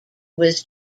was